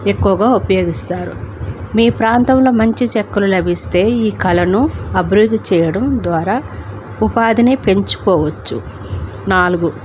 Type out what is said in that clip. ఎక్కువగా ఉపయోగిస్తారు మీ ప్రాంతంలో మంచి చెక్కలు లభిస్తే ఈ కళను అభివృద్ధి చేయడం ద్వారా ఉపాధిని పెంచుకోవచ్చు నాలుగు